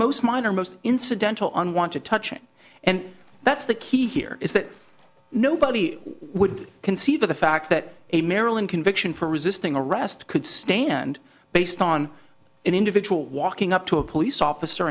most minor most incidental on want to touch it and that's the key here is that nobody would conceive of the fact that a maryland conviction for resisting arrest could stand based on an individual walking up to a police officer